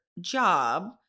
job